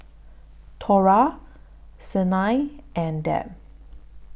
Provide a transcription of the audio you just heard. Thora Siena and Deb